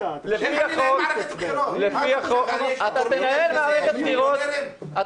אתה לוקח --- אתה תנהל מערכת בחירות אחרת,